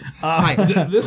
Hi